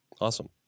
Awesome